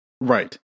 right